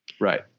Right